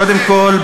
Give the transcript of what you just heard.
קודם כול,